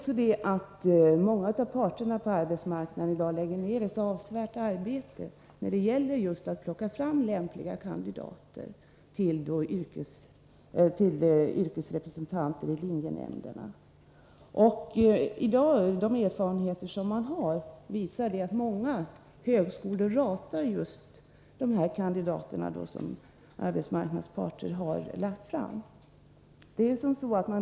Jag vet att arbetsmarknadens parter i dag lägger ned ett avsevärt arbete på att plocka fram lämpliga kandidater till yrkeslivsrepresentanter i linjenämnderna. De erfarenheter man har visar att många högskolor ratar just de kandidater som arbetsmarknadens parter har föreslagit.